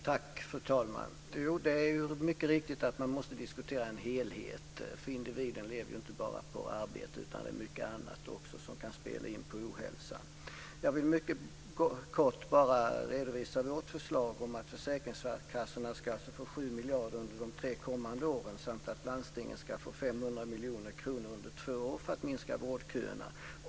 Fru talman! Jo, man måste mycket riktigt diskutera helheten. Individen lever ju inte bara på arbete, utan det finns mycket annat som också kan spela in vad gäller ohälsan. Jag vill mycket kort redovisa vårt förslag om att försäkringskassorna ska få 7 miljarder under de tre kommande åren samt att landstingen under två år ska få 500 miljoner kronor för att minska vårdköerna.